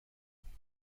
خوایی